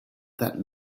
that